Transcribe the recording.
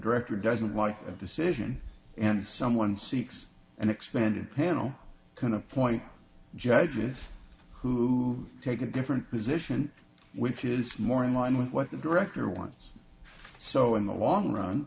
director doesn't like a decision and someone seeks an expanded panel can appoint judges who take a different position which is more in line with what the director wants so in the long run